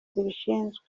zibishinzwe